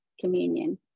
communion